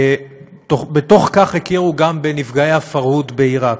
ובתוך כך הכירו גם בנפגעי הפרעות בעיראק,